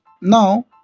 Now